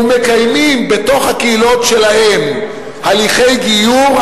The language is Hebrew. ומקיימים בתוך הקהילות שלהם הליכי גיור,